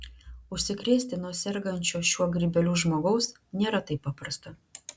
užsikrėsti nuo sergančio šiuo grybeliu žmogaus nėra taip paprasta